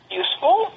useful